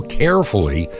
carefully